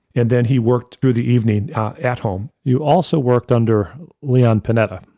and then he worked through the evening at home. you also worked under leon panetta.